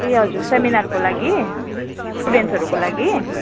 ए हजुर सेमिनारको लागि स्टुडेन्सहरूको लागि